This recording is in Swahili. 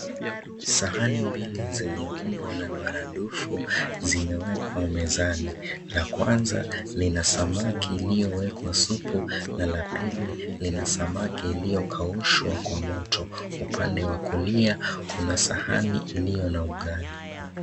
Sahani mbili zenye umbo la duara dufu, zimewekwa mezani. La kwanza lina samaki iliyowekwa supu na la pili samaki iliyo kaushwa kwa moto. Upande wa kulia, kuna sahani iliyo na ugali.